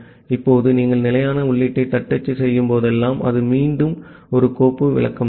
இப்போது நீங்கள் நிலையான உள்ளீட்டைத் தட்டச்சு செய்யும் போதெல்லாம் அது மீண்டும் ஒரு கோப்பு விளக்கமாகும்